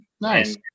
Nice